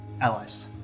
allies